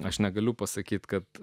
aš negaliu pasakyti kad